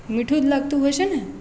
મીઠું જ લાગતું હશે ને